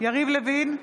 יריב לוין,